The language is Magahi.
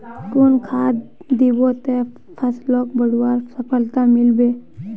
कुन खाद दिबो ते फसलोक बढ़वार सफलता मिलबे बे?